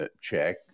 check